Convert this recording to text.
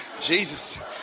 Jesus